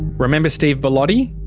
remember steve bellotti?